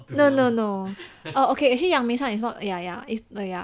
no no no err okay 阳明山 actually it's not ya ya ya it's ya ya ya